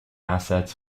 assets